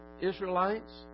Israelites